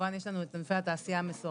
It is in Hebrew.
כמובן יש לנו את ענפי התעשייה המסורתית.